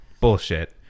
bullshit